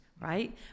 right